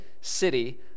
city